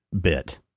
bit